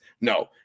No